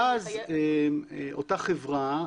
ואז אותה חברת